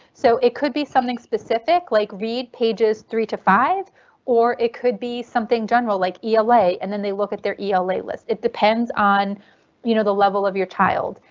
so it could be something specific like read pages three to five or it could be something general like ela and then they look at their ela list. it depends on you know the level of your child.